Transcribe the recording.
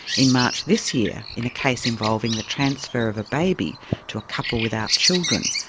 in march this year, in a case involving the transfer of a baby to a couple without children,